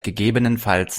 gegebenenfalls